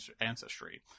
ancestry